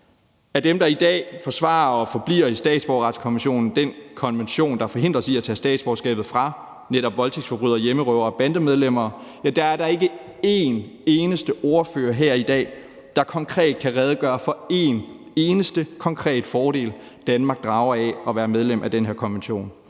Af dem, der i dag forsvarer at forblive i statsborgerretskonventionen – den konvention, der forhindrer os i at tage statsborgerskabet fra netop voldtægtsforbrydere, hjemmerøvere og bandemedlemmer – er der ikke en eneste ordfører her i dag, der konkret kan redegøre for en eneste konkret fordel, Danmark drager af at være medlem af den her konvention.